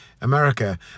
America